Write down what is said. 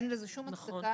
אין לזה שום הצדקה.